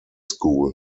school